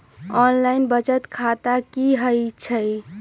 Online बचत खाता की होई छई?